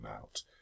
out